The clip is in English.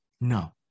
No